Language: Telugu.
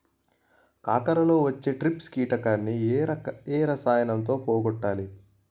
కాకరలో వచ్చే ట్రిప్స్ కిటకని ఏ రసాయనంతో పోగొట్టాలి?